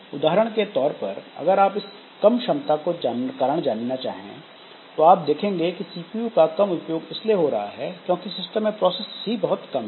उदाहरण के तौर पर अगर आप इस कम क्षमता का कारण जानना चाहें तो आप देखेंगे कि सीपीयू का कम उपयोग इसलिए हो रहा है क्योंकि सिस्टम में प्रोसेस ही बहुत कम है